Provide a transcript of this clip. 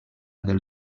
del